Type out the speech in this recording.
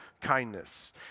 kindness